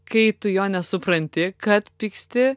kai tu jo nesupranti kad pyksti